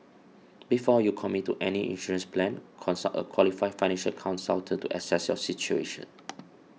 before you commit to any insurance plan consult a qualified financial consultant to assess your situation